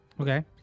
Okay